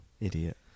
Idiot